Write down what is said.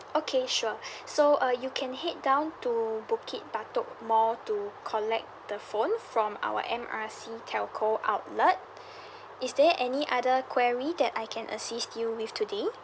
okay sure so uh you can head down to bukit batok mall to collect the phone from our M R C telco outlet is there any other query that I can assist you with today